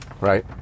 Right